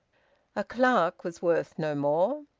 a clerk was worth no more.